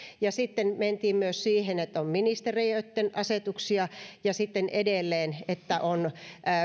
ja sitten mentiin myös siihen että on ministeriöitten asetuksia ja sitten edelleen että on